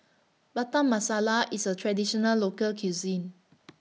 Butter Masala IS A Traditional Local Cuisine